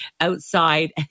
outside